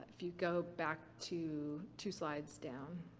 if you go back to two slides down